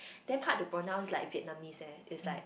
damn hard to pronounce like Vietnamese eh it's like